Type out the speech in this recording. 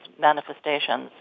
manifestations